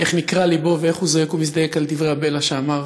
איך נקרע לבו ואיך הוא זועק ומזדעק על דברי הבלע שאמר